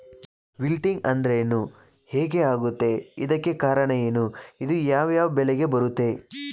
Wilting ಅಂದ್ರೇನು? ಹೆಗ್ ಆಗತ್ತೆ? ಇದಕ್ಕೆ ಕಾರಣ ಏನು? ಇದು ಯಾವ್ ಯಾವ್ ಬೆಳೆಗೆ ಬರುತ್ತೆ?